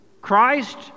Christ